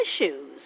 issues